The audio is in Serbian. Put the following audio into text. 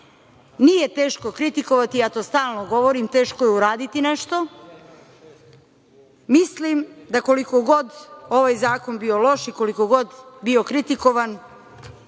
teško kritikovati, ja to stalno govorim, teško je uraditi nešto. Mislim da koliko god ovaj zakon bio loš i koliko god bio kritikovan,